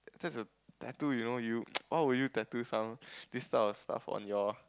that's a tattoo you know you why would you tattoo some this type of stuff on your